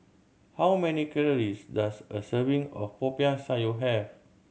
how many calories does a serving of Popiah Sayur have